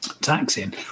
taxing